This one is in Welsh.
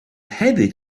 hefyd